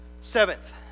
seventh